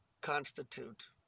constitute